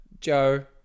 Joe